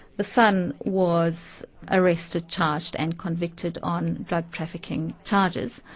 the son was arrested, charged and convicted on drug trafficking charges.